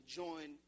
join